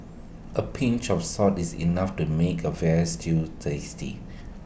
A pinch of salt is enough to make A Veal Stew tasty